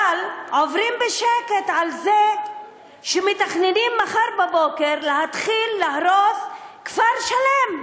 אבל עוברים בשקט על זה שמתכננים מחר בבוקר להתחיל להרוס כפר שלם,